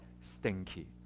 stinky